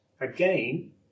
Again